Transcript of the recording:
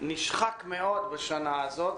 נשחק מאוד בשנה הזאת,